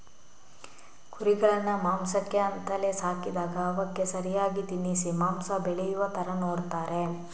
ಕುರಿಗಳನ್ನ ಮಾಂಸಕ್ಕೆ ಅಂತಲೇ ಸಾಕಿದಾಗ ಅವಕ್ಕೆ ಸರಿಯಾಗಿ ತಿನ್ನಿಸಿ ಮಾಂಸ ಬೆಳೆಯುವ ತರ ನೋಡ್ತಾರೆ